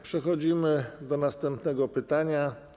Przechodzimy do następnego pytania.